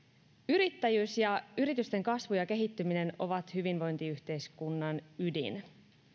yrittäjyys ja yritysten kasvu ja kehittyminen ovat hyvinvointiyhteiskunnan ydin